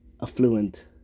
affluent